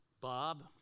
Bob